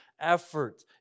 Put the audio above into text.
Effort